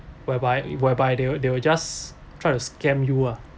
whereby whereby they will they will just try to scam you ah